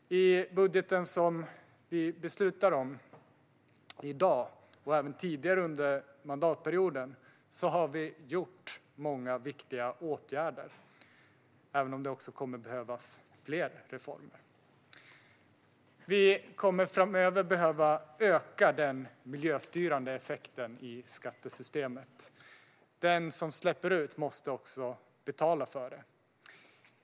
I budgeten som vi beslutar om i dag och även tidigare under mandatperioden har vi vidtagit många viktiga åtgärder, även om det kommer att behövas fler reformer. Vi kommer framöver att behöva öka den miljöstyrande effekten i skattesystemet. Den som släpper ut måste också betala för det.